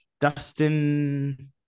Dustin